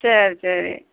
சரி சரி